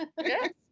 yes